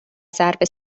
ضرب